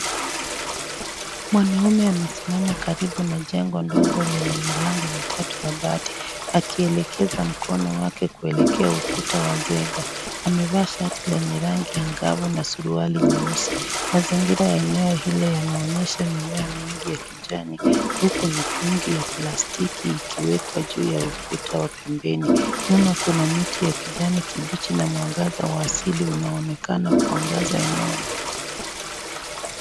Mwanaume amesimama karibu na jengo ndogo, lenye milango mitatu ya mbati. Akielekeza mkono wake kuelekea ukuta wa zega. Amevaa shati lenye rangi ya ngavu na suruali nyeusi. Mazingira ya eneo hilo yanaonyesha mimea mengi ya kijani, huku mitungi ya plastiki, ikiwekwa juu ya ukuta wa pembeni .Nyuma kuna miti ya kijani kibichi na mwangaza wa asili unaonekana kuangaza eneo lote.